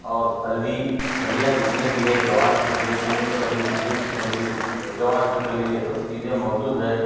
اور پھلی پھلیاں جتنے بھی ہے گوار کی پھلی مونگ کی پھلی بینس کی پھلی گوار کی پھلی یہ سب چیزیں موجود ہے